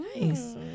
Nice